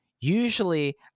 Usually